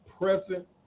present